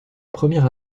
première